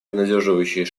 обнадеживающие